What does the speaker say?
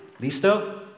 Listo